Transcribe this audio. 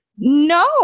No